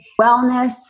wellness